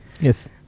Yes